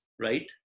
right